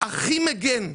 הכי מגן.